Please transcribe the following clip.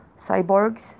cyborgs